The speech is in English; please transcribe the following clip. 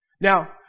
Now